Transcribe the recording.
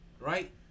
right